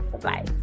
Bye